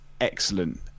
excellent